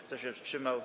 Kto się wstrzymał?